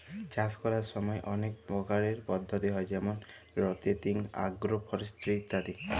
চাষ ক্যরার ছময় অলেক পরকারের পদ্ধতি হ্যয় যেমল রটেটিং, আগ্রো ফরেস্টিরি ইত্যাদি